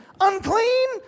Unclean